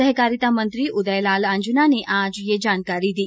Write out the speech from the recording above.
सहकारिता मंत्री उदयलाल आंजना ने आज ये जानकारी दी